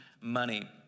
money